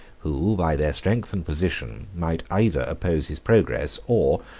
who, by their strength and position, might either oppose his progress, or,